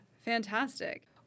fantastic